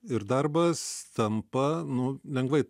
ir darbas tampa nu lengvai